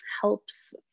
helps